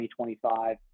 2025